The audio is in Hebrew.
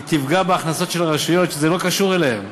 היא תפגע בהכנסות של הרשויות שזה לא קשור אליהן.